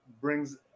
brings